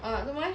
哦是吗